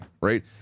right